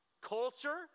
culture